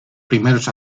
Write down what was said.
primeros